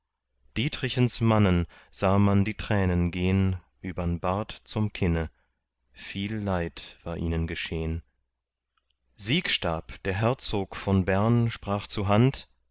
dietrichens mannen sah man die tränen gehn übern bart zum kinne viel leid war ihnen geschehn siegstab der herzog von bern sprach zuhand